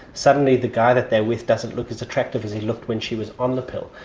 suddenly the guy that they are with doesn't look as attractive as he looked when she was on the pill.